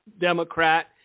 Democrat